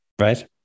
right